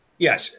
Yes